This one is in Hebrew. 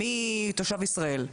מי תושב ישראל,